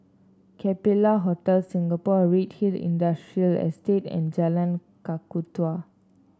Capella Hotel Singapore Redhill Industrial Estate and Jalan Kakatua